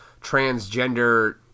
transgender